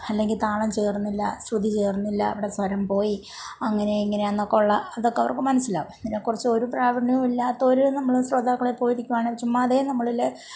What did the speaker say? അല്ലെങ്കിൽ താളം ചേർന്നില്ല ശ്രുതി ചേർന്നില്ല അവിടെ സ്വരം പോയി അങ്ങനെയാണ് ഇങ്ങനെയെന്നൊക്കെയുള്ള അതൊക്കെ അവർക്ക് മനസ്സിലാകും അതിനെക്കുറിച്ച് ഒരു പ്രാവിണ്യവും ഇല്ലാത്തവർ നമ്മൾ ശ്രോതാക്കളായി പോയിരിക്കുവാണെങ്കിൽ ചുമ്മാതെ നമ്മളിൽ